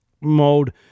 mode